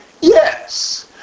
Yes